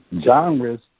genres